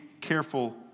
careful